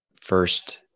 first